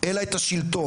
אלא את השילטון,